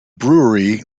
brewery